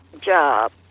job